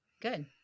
Good